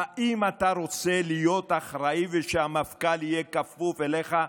האם אתה רוצה להיות אחראי ושהמפכ"ל יהיה כפוף אליך?